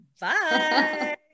Bye